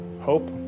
hope